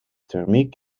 thermiek